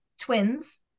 twins